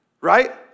right